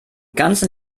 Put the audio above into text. ganzen